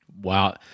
Wow